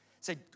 Say